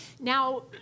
Now